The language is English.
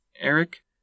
Eric